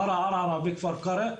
ערערה וכפר קרע,